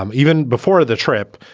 um even before the trip.